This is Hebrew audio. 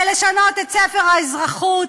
בלשנות את ספר האזרחות,